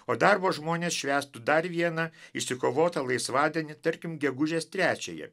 o darbo žmonės švęstų dar vieną išsikovotą laisvadienį tarkim gegužės trečiąją